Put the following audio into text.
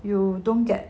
you don't get